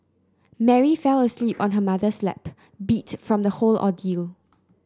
Mary fell asleep on her mother's lap beat from the whole ordeal